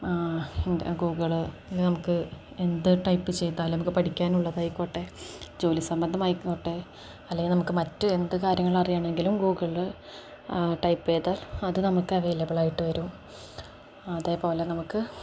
എന്ത് ഗൂഗിള് നമുക്ക് എന്ത് ടൈപ്പ് ചെയ്താലും നമുക്ക് പഠിക്കാനുള്ളതായിക്കോട്ടെ ജോലി സംബന്ധമായിക്കോട്ടെ അല്ലെങ്കിൽ നമുക്ക് മറ്റ് എന്ത് കാര്യങ്ങൾ അറിയണമെങ്കിലും ഗൂഗിള്ല ടൈപ്പ് ചെയ്താൽ അത് നമുക്ക് അവൈലബിൾ ആയിട്ട് വരും അതേപോലെ നമുക്ക്